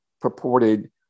purported